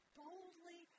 boldly